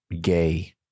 gay